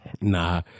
Nah